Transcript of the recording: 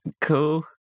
Cool